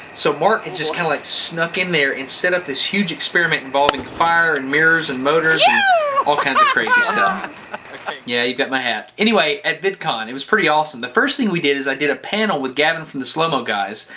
so mark had just kind of like snuck in there and setup this huge experiment involving fire and mirrors and motors and yeah all kinds of crazy stuff. cheer yeah you've got my hat. anyway, at vidcon it was pretty awesome. the first thing we did is i did a panel with gavin from the slow mo guys.